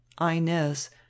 inez